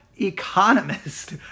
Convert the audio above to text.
economist